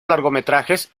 largometrajes